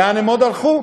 לאן הם עוד הלכו?